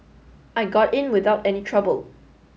I got in without any trouble